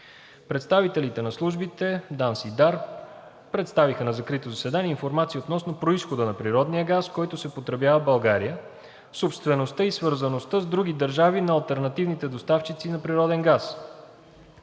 Представителите на службите ДАНС и ДАР представиха на закрито заседание информация относно произхода на природния газ, който се потребява в Република България, собствеността и свързаността с други държави на алтернативните доставчици на природен газ.